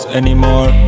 anymore